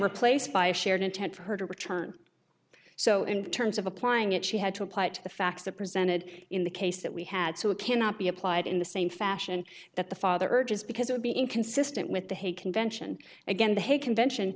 replaced by a shared intent for her to return so in terms of applying it she had to apply to the facts that presented in the case that we had so it cannot be applied in the same fashion that the father urges because it would be inconsistent with the hague convention again the hague convention